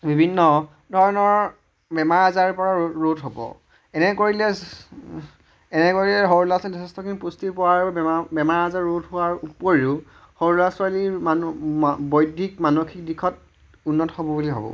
বিভিন্ন ধৰণৰ বেমাৰ আজাৰৰ পৰা ৰোধ হ'ব এনে কৰিলে এনেকৈ সৰু ল'ৰা ছোৱালী যথেষ্টখিনি পুষ্টি পোৱাৰ বেমাৰ বেমাৰ আজাৰ ৰোধ হোৱাৰ উপৰিও সৰু ল'ৰা ছোৱালীৰ মানুহ বৈদ্ধিক মানসিক দিশত উন্নত হ'ব বুলি ভাবোঁ